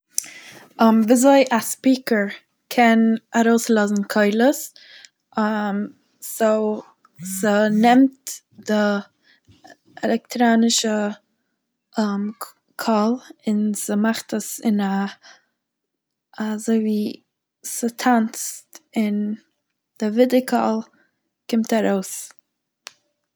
ווי אזוי א ספיקער קען ארויסלאזן קולות, סאו ס'נעמט די עלעקטעראנישע קו- קול און ס'מאכט עס אין א אזוי ווי ס'טאנצט און די ווידערקול קומט ארויס.